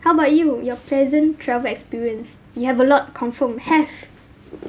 how about you your pleasant travel experience you have a lot confirmed have